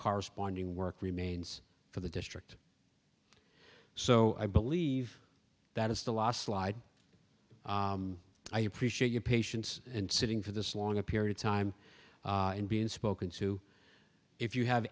corresponding work remains for the district so i believe that is the last slide i appreciate your patience and sitting for this long a period of time and being spoken to if you have